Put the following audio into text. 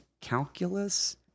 calculus